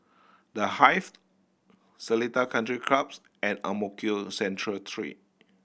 The Hive Seletar Country Clubs and Ang Mo Kio Central Three